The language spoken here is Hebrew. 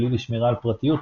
ככלי לשמירה על פרטיות,